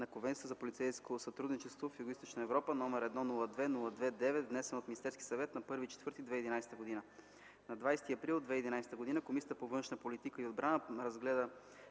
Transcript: на Конвенцията за полицейско сътрудничество в Югоизточна Европа, № 102-02-9, внесен от Министерския съвет на 1.04. 2011 г. На 20 април 2011 г. Комисията по външна политика и отбрана разгледа